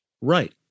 Right